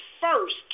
first